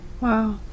Wow